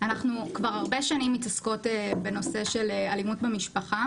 אנחנו כבר הרבה שנים מתעסקות בנושא של אלימות במשפחה